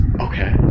okay